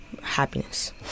happiness